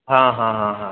हाँ हाँ हाँ हाँ